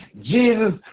Jesus